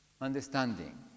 understanding